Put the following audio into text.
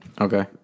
okay